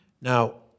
Now